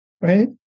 right